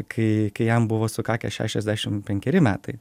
kai kai jam buvo sukakę šešiasdešim penkeri metai